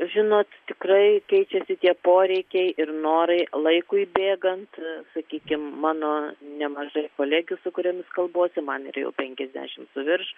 žinot tikrai keičiasi tie poreikiai ir norai laikui bėgant sakykim mano nemažai kolegių su kuriomis kalbuosi man ir jau penkiasdešimt suvirš